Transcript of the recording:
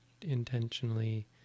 intentionally